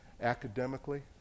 Academically